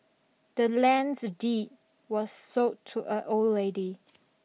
the land's deed was sold to a old lady